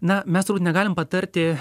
na mes turbūt negalim patarti